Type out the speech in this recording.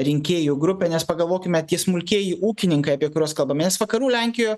rinkėjų grupė nes pagalvokime tie smulkieji ūkininkai apie kuriuos kalbame nes vakarų lenkijo